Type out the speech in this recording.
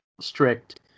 strict